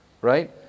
right